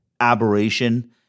aberration